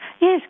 Yes